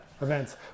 events